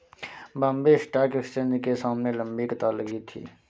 Bombay stock exchange के सामने लंबी कतार लगी थी